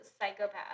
psychopath